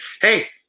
hey